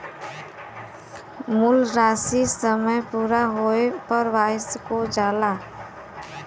मूल राशी समय पूरा होये पर वापिस हो जाला